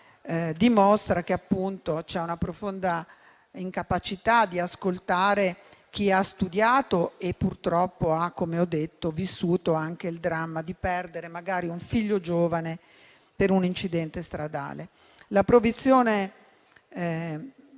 dimostra che c'è una profonda incapacità di ascoltare chi ha studiato e, purtroppo, come ho detto, ha vissuto anche il dramma di perdere un figlio giovane per un incidente stradale.